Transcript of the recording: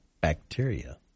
bacteria